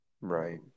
Right